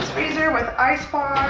freezer with ice box.